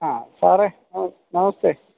ആ സാറെ നമസ്തേ